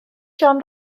john